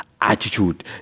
attitude